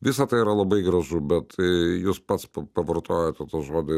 visa tai yra labai gražu bet jūs pats vartojate tą žodį